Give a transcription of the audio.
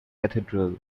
cathedral